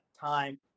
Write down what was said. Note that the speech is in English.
time